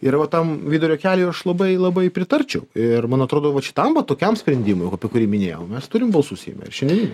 ir va tam vidurio keliui aš labai labai pritarčiau ir man atrodo vat šitam va tokiam sprendimui apie kurį minėjau mes turim balsų seime šiandieniniam